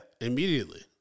Immediately